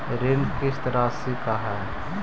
ऋण किस्त रासि का हई?